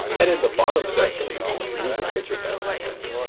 and in the bottom section, we can view the major bank accounts.